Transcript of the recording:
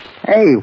Hey